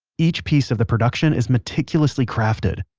each piece of the production is meticulously crafted.